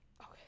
Okay